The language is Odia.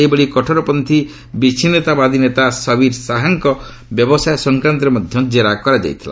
ସେହିଭଳି କଠୋରପନ୍ଥୀ ବିଚ୍ଛନ୍ନତାବାଦୀ ନେତା ସବିର ଶାହାଙ୍କ ବ୍ୟବସାୟ ସଂକ୍ରାନ୍ତରେ ମଧ୍ୟ ଜେରା କରାଯାଇଥିଲା